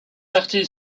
parti